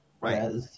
Right